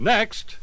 Next